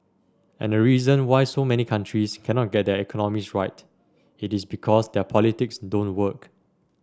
and the reason why so many countries cannot get their economies right it is because their politics don't work